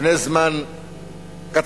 לפני זמן קצר,